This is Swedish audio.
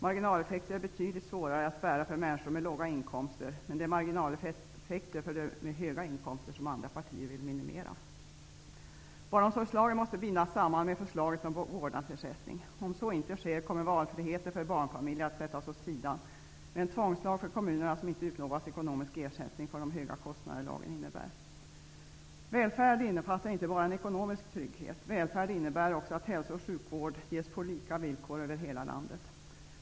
Marginaleffekterna är betydligt svårare att bära för människor med låga inkomster, men det är marginaleffekterna för dem med höga inkomster som andra partier vill minimera. Barnomsorgslagen måste bindas samman med förslaget om vårdnadsersättning. Om så inte sker kommer valfriheten för barnfamiljer att sättas åt sidan, med en tvångslag för kommunerna som inte utlovas ekonomisk ersättning för de höga kostnader lagen innebär. Välfärd innefattar inte bara en ekonomisk trygghet. Det innebär också att hälso och sjukvård ges på lika villkor över hela landet.